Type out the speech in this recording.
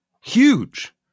huge